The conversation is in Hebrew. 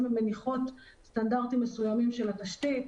הן מניחות סטנדרטים מסוימים של התשתית,